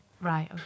Right